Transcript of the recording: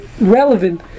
relevant